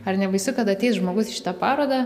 ar nebaisu kad ateis žmogus į šitą parodą